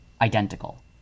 identical